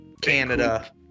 Canada